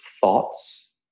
thoughts